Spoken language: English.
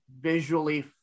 visually